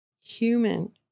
human